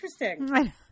interesting